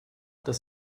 das